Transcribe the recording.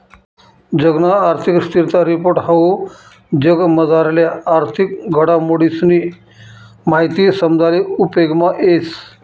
जगना आर्थिक स्थिरता रिपोर्ट हाऊ जगमझारल्या आर्थिक घडामोडीसनी माहिती समजाले उपेगमा येस